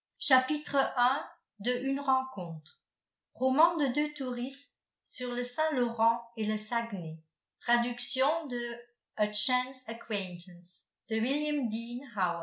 une rencontre roman de deux touristes sur le saint-laurent et le saguenay traduction de